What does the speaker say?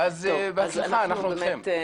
אז, בהצלחה, אנחנו איתכם.